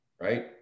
right